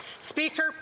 Speaker